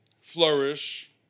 flourish